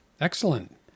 Excellent